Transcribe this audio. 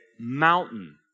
mountain